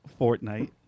Fortnite